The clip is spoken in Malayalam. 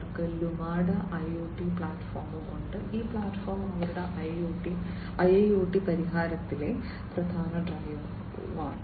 അവർക്ക് ലുമാഡ ഐഒടി പ്ലാറ്റ്ഫോം ഉണ്ട് ഈ പ്ലാറ്റ്ഫോം അവരുടെ ഐഐഒടി പരിഹാരത്തിലെ പ്രധാന ഡ്രൈവറാണ്